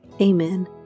Amen